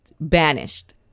banished